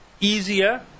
easier